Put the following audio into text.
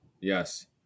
Yes